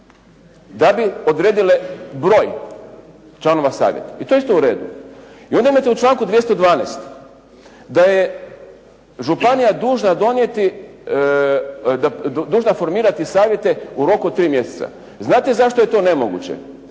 da bi odredile broj članova savjeta. I to je isto u redu. I onda imate u članku 212. da je županija dužna formirati savjete u roku od tri mjeseca. Znate zašto je to nemoguće?